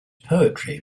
poetry